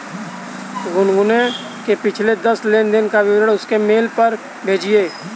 गुनगुन के पिछले दस लेनदेन का विवरण उसके मेल पर भेजिये